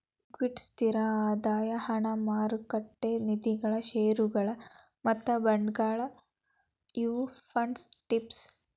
equity ಸ್ಥಿರ ಆದಾಯ ಹಣ ಮಾರುಕಟ್ಟೆ ನಿಧಿಗಳ ಷೇರುಗಳ ಮತ್ತ ಬಾಂಡ್ಗಳ ಇವು ಫಂಡ್ಸ್ ಟೈಪ್ಸ್